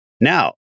Now